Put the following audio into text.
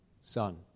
son